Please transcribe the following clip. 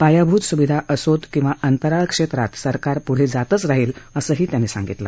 पायाभूत सुविधा असोत अंतराळ क्षेत्रात सरकार पुढे जातच राहील असंही त्यांनी सांगितलं